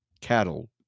cattle